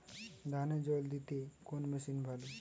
ধানে জল দিতে কোন মেশিন ভালো?